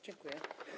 Dziękuję.